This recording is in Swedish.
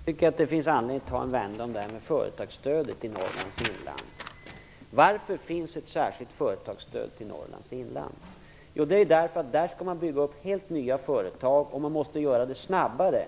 Herr talman! Jag tycker att det finns anledning att ta en debattvända om företagsstödet i Norrlands inland. Varför finns det ett särskilt företagsstöd till Norrlands inland? Jo, därför att där skall man bygga upp helt nya företag, och det måste man göra snabbare